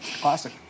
Classic